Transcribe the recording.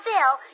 Bill